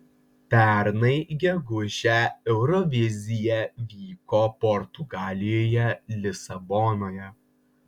pernai gegužę eurovizija vyko portugalijoje lisabonoje